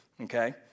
Okay